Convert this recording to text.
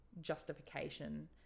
justification